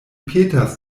petas